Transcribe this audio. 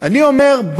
אני אומר,